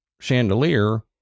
chandelier